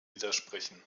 widersprechen